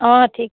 অঁ ঠিক